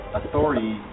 authority